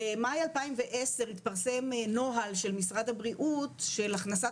במאי 2010 התפרסם נוהל של משרד הבריאות של הכנסת